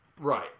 Right